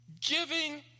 Giving